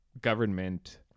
government